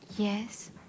Yes